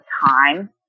time